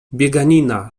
bieganina